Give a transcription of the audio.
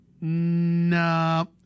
no